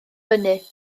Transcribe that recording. fyny